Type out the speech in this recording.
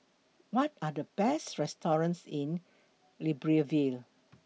What Are The Best restaurants in Libreville